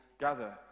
gather